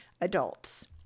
adults